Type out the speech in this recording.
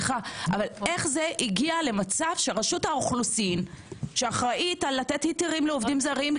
איך זה הגיע למצב שרשות האוכלוסין שאחראית על לתת היתרים לעובדים זרים,